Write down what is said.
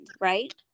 Right